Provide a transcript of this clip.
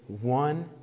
one